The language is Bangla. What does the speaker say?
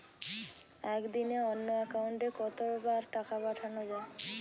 একদিনে অন্য একাউন্টে কত বার টাকা পাঠানো য়ায়?